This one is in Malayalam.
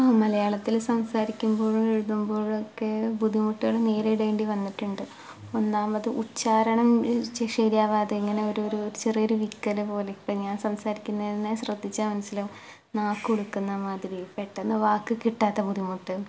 ആ മലയാളത്തിൽ സംസാരിക്കുമ്പോഴും എഴുതുമ്പോഴുമൊക്കെ ബുദ്ധിമുട്ടുകൾ നേരിടേണ്ടി വന്നിട്ടുണ്ട് ഒന്നാമത് ഉച്ചാരണം ശരിയാവാതെ ഇങ്ങനെ ഒരു ഒരു ചെറിയ വിക്കൽ പോലെ ഇപ്പം ഞാൻ സംസാരിക്കുന്നത് ശ്രദ്ധിച്ചാൽ മനസിലാവും നാക്കുളുക്കുന്ന മാതിരി പെട്ടെന്ന് വാക്ക് കിട്ടാത്ത ബുദ്ധിമുട്ട്